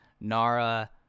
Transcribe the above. nara